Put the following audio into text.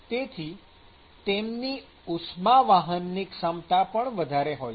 તેથી તેમની ઉષ્મા વહાવાની ક્ષમતા પણ ઘણી વધારે હોય છે